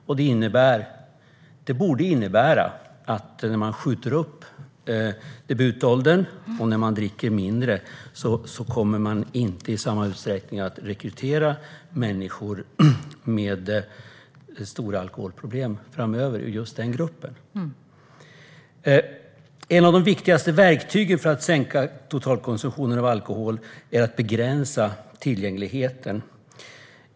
Detta tillsammans med en högre debutålder borde innebära att vi inte kommer att rekrytera människor med stora alkoholproblem ur just den gruppen framöver. Ett av de viktiga verktygen för att sänka totalkonsumtionen av alkohol är att begränsa tillgängligheten.